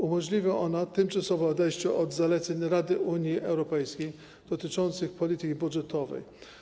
Umożliwia ona tymczasowe odejście od zaleceń Rady Unii Europejskiej dotyczących polityki budżetowej.